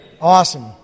Awesome